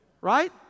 right